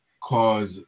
cause